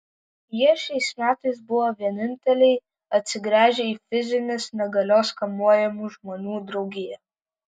jie šiais metais buvo vieninteliai atsigręžę į fizinės negalios kamuojamų žmonių draugiją